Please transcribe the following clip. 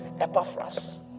epaphras